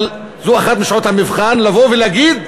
אבל זו אחת משעות המבחן, לבוא ולהגיד: